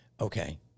okay